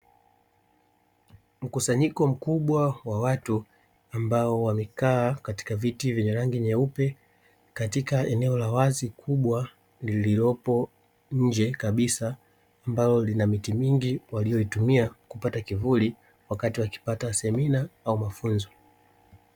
Mkusanyiko mkubwa wa watu ambao wamekaa katika viti vyenye rangi nyeupe katika eneo la wazi kubwa liliyopo nje kabisa ambao lina miti mingi waliyoitumia kupata kivuli wakati wakipata semina au mafunzo.